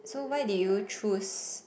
so why did you choose